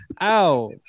Ow